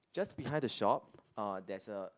just behind the shop uh there's a